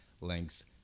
links